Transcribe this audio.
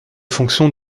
fonctions